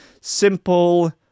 simple